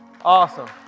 Awesome